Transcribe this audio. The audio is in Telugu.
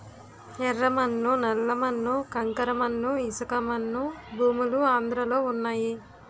యెర్ర మన్ను నల్ల మన్ను కంకర మన్ను ఇసకమన్ను భూములు ఆంధ్రలో వున్నయి